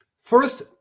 first